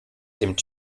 dem